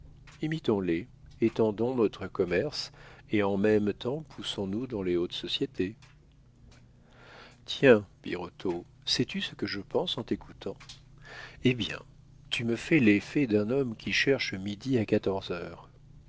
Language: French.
château imitons les étendons notre commerce et en même temps poussons nous dans les hautes sociétés tiens birotteau sais-tu ce que je pense en t'écoutant eh bien tu me fais l'effet d'un homme qui cherche midi à quatorze heures